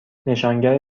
نشانگر